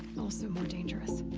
also more dangerous.